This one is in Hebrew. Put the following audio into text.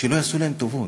שלא יעשו להם טובות,